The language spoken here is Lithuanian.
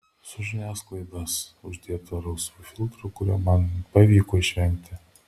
su žiniasklaidos uždėtu rausvu filtru kurio man pavyko išvengti